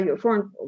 foreign